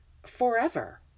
forever